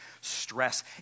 stress